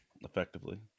effectively